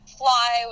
fly